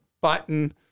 button